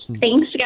Thanks